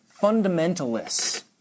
fundamentalists